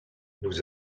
nous